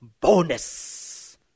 bonus